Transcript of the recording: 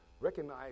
recognize